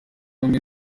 bamwe